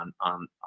on